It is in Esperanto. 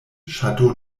ŝatu